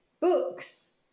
books